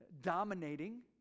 dominating